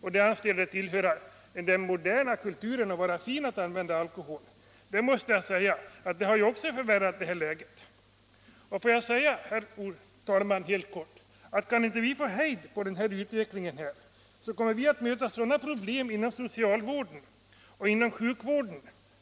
Det anses tillhöra den moderna kulturen och vara fint att använda alkohol. Detta har också förvärrat läget. Kan vi inte få hejd på den här utvecklingen, herr talman, så kommer vi att möta sådana problem